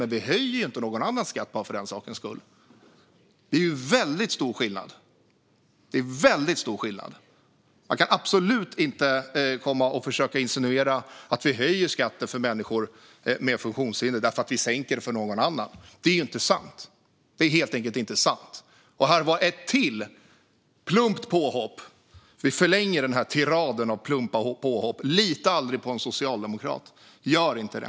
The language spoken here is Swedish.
Men vi höjer inte skatten för några andra för den sakens skull. Det är väldigt stor skillnad. Man kan absolut inte komma och försöka insinuera att vi höjer skatten för människor med funktionshinder för att vi sänker den för några andra. Det är helt enkelt inte sant. Detta var ytterligare ett plumpt påhopp. Denna tirad av plumpa påhopp förlängs. Lita aldrig på en socialdemokrat! Gör inte det!